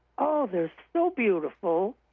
ah they are so beautiful.